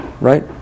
right